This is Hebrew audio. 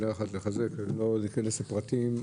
לא להיכנס לפרטים.